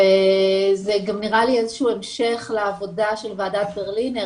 וזה גם נראה לי איזשהו המשך לעבודה של ועדת ברלינר,